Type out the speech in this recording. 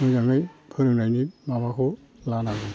मोजाङै फोरोंनायनि माबाखौ लानांगौ